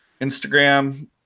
Instagram